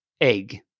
egg